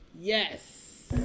Yes